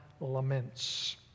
laments